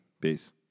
Peace